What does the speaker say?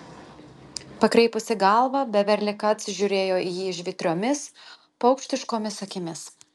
pakreipusi galvą beverli kac žiūrėjo į jį žvitriomis paukštiškomis akimis